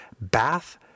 Bath